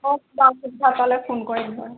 অঁ সুবিধা পালে ফোন কৰিম হয়